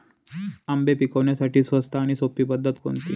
आंबे पिकवण्यासाठी स्वस्त आणि सोपी पद्धत कोणती?